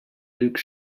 luke